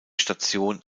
station